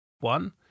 One